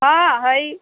हँ हइ